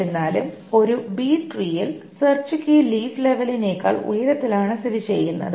എന്നിരുന്നാലും ഒരു ബി ട്രീയിൽ സെർച് കീ ലീഫ് ലെവെലിനെക്കാൾ ഉയരത്തിലാണ് സ്ഥിതി ചെയ്യുന്നത്